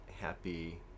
happy